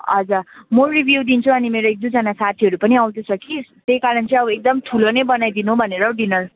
हजुर म रिभ्यू दिन्छु अनि मेरो एक दुईजना साथीहरू पनि आउँदैछ कि त्यही कारण चाहिँ अब एकदम ठुलो नै बनाइदिनु भनेर हौ डिनर